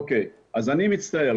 אוקיי, אז אני מצטער.